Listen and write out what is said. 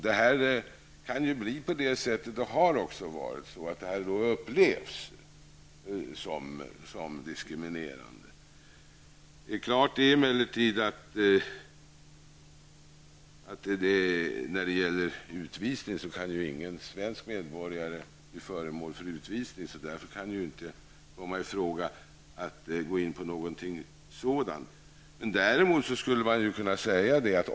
Detta kan då upplevas -- och har också upplevts -- som diskriminerande. Det är emellertid självklart att en svensk medborgare inte kan bli föremål för utvisning, så någonting sådant kan det aldrig bli fråga om.